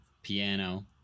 Piano